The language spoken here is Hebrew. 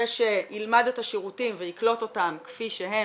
ושילמד את השירותים ויקלוט אותם כפי שהם